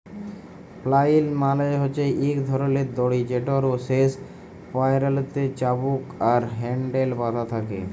flail মালে হছে ইক ধরলের দড়ি যেটর শেষ প্যারালতে চাবুক আর হ্যাল্ডেল বাঁধা থ্যাকে